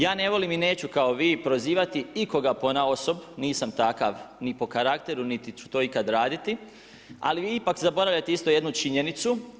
Ja ne volim i neću kao vi prozivati ikoga ponaosob, nisam takav ni po karakteru niti ću to ikada raditi, ali ipak zaboravljate isto jednu činjenicu.